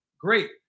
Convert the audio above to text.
great